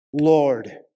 Lord